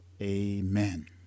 Amen